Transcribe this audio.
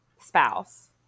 spouse